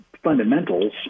fundamentals